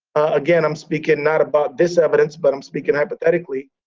again, i'm speaking not about this evidence, but i'm speaking hypothetically.